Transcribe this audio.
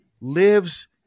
lives